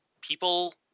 people